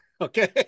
Okay